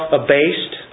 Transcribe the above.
abased